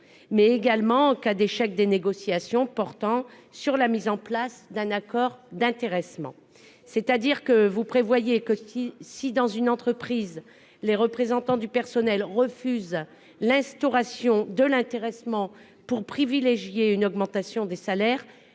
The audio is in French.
ou bien en cas d'échec des négociations portant sur la mise en place d'un accord d'intéressement. Autrement dit, si dans une entreprise les représentants du personnel refusent l'instauration de l'intéressement pour privilégier une augmentation des salaires,